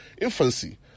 infancy